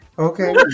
okay